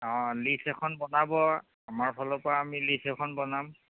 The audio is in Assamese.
অঁ লিষ্ট এখন বনাব আমাৰ ফালৰ পৰা আমি লিষ্ট এখন বনাম